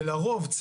לרוב,